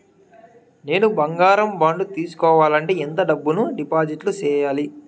నేను బంగారం బాండు తీసుకోవాలంటే ఎంత డబ్బును డిపాజిట్లు సేయాలి?